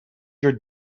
your